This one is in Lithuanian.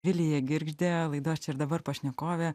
vilija girgždė laidos čia ir dabar pašnekovė